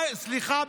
סליחה,